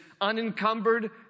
unencumbered